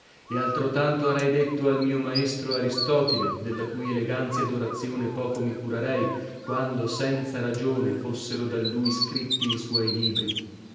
apprendere e altrotanto arei detto al mio maestro aristotile della cui eleganzia dorazione poco mi curarei quando senza ragione fossero da lui scritti i suoi libri